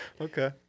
Okay